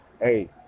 Hey